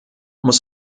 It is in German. muss